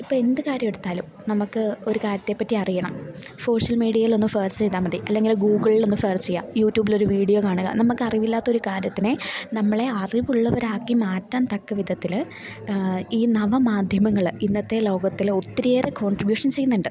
ഇപ്പോളെന്ത് കാര്യമെടുത്താലും നമുക്ക് ഒരു കാര്യത്തെപ്പറ്റി അറിയണം സോഷ്യൽ മീഡിയയിലൊന്ന് സേർച്ച് ചെയ്താല് മതി അല്ലെങ്കില് ഗൂഗിളിലൊന്ന് സേർച്ച് ചെയ്യുക യൂറ്റ്യൂബിലൊരു വീഡിയോ കാണുക നമുക്കറിവില്ലാത്തൊരു കാര്യത്തിനെ നമ്മളെ അറിവുള്ളവരാക്കി മാറ്റാൻ തക്കവിധത്തില് ഈ നവമാദ്ധ്യമങ്ങള് ഇന്നത്തെ ലോകത്തില് ഒത്തിരിയേറെ കോൺട്രിബ്യൂഷൻ ചെയ്യുന്നുണ്ട്